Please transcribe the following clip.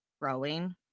growing